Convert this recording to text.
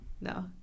No